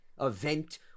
event